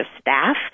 staff